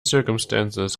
circumstances